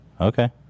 Okay